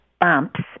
bumps